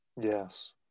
Yes